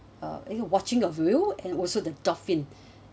uh you know watching of whale and also the dolphin